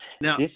Now